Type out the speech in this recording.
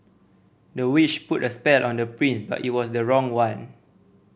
the witch put a spell on the prince but it was the wrong one